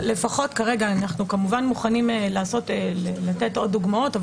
אנחנו כמובן מוכנים לתת עוד דוגמאות,